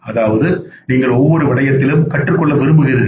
அதாவது நீங்கள் ஒவ்வொரு விடயத்திலும் கற்றுக்கொள்ள விரும்புகிறீர்கள்